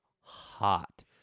hot